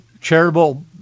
charitable